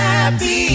Happy